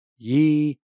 ye